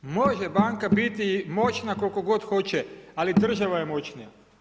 Može banka biti moćna koliko god hoće, ali država je moćnija.